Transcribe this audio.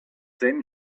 then